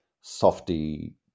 softy